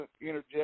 interject